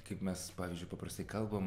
kaip mes pavyzdžiui paprastai kalbam